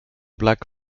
black